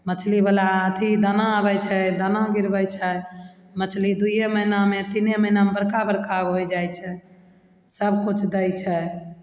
मछलीवला अथी दाना आबय छै दाना गिरबय छै मछली दुइये महिनामे तीने महिनामे बड़का बड़का होइ जाय छै सबकिछु दै छै